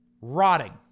rotting